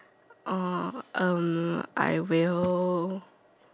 orh um I will